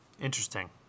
Interesting